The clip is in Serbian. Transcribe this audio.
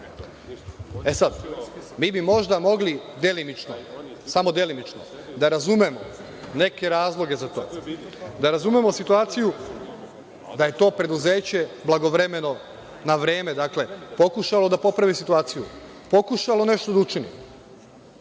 mi bi možda mogli delimično, samo delimično da razumemo neke razloge za to, da razumemo situaciju da je to preduzeće blagovremeno na vreme pokušalo da popravi situaciju, pokušalo da nešto učini,